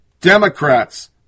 Democrats